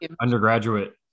undergraduate